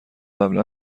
قبلا